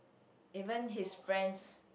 even his friends